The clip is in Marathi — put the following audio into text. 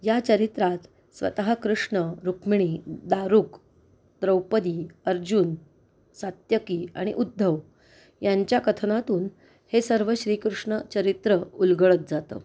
या चरित्रात स्वतः कृष्ण रुक्मिणी दारुक द्रौपदी अर्जुन सात्यकी आणि उद्धव यांच्या कथनातून हे सर्व श्रीकृष्ण चरित्र उलगडत जातं